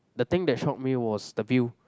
the thing that shock me was the view